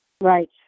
right